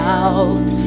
out